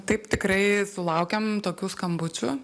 taip tikrai sulaukiam tokių skambučių